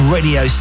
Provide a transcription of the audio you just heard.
Radio